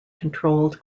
controlled